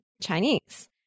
Chinese